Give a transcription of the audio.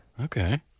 Okay